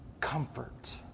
comfort